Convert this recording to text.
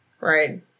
right